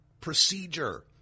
procedure